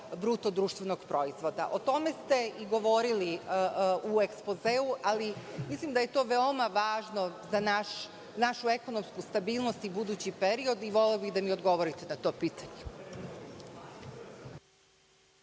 iznose 25% BDP. O tome ste govorili u ekspozeu, ali mislim da je to veoma važno za našu ekonomsku stabilnost i budući period. Volela bih da mi odgovorite na to pitanje.